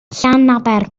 llanaber